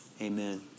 Amen